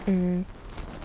mm